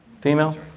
female